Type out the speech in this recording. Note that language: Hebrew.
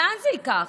לאן זה ייקח?